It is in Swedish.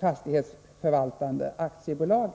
fastighetsförvaltande aktiebolagen.